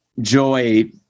joy